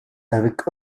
avec